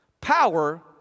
power